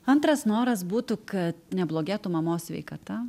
antras noras būtų kad neblogėtų mamos sveikata